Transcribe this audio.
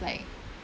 like